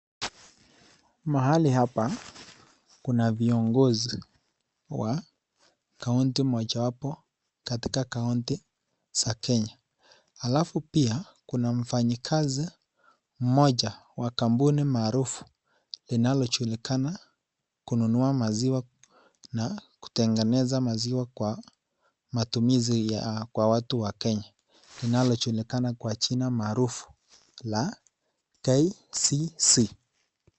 Mahali hapa kuna viongozi wa county mojawapo katika county za Kenya. Halafu pia kuna mfanyikazi moja wa kampuni maarafu inalojulikana kununua maziwa na kutengeneza maziwa kwa matumizi kwa watu wa Kenya, linalojulikana kwa jina maerufu la KCC.